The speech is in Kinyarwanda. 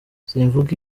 simvuga